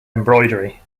embroidery